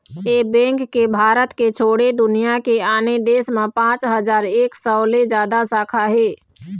ए bank के भारत के छोड़े दुनिया के आने देश म पाँच हजार एक सौ ले जादा शाखा हे